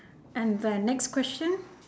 and the next question